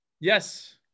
Yes